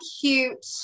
cute